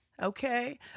okay